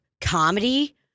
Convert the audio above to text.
comedy